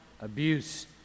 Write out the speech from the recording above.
Abuse